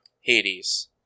Hades